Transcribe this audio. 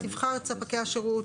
תבחר את ספקי השירות,